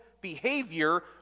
behavior